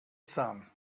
sun